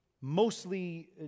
mostly